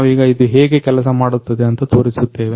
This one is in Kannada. ನಾವೀಗ ಇದು ಹೇಗೆ ಕೆಲಸಮಾಡುತ್ತದೆ ಅಂತ ತೋರಿಸುತ್ತೇವೆ